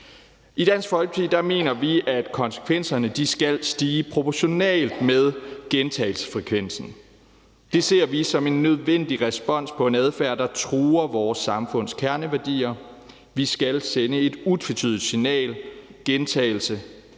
I Dansk Folkeparti mener vi, at konsekvenserne skal stige proportionalt med gentagelsesfrekvensen. Det ser vi som en nødvendig respons på en adfærd, der truer vores samfunds kerneværdier. Vi skal sende et utvetydigt signal: Gentagelse